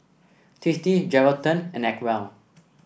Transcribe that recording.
tasty Geraldton and Acwell